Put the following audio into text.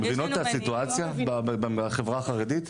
הן מבינות את הסיטואציה בחברה החרדית?